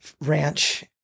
ranch